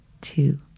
two